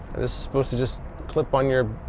this is supposed to just clip on your